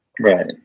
Right